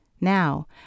Now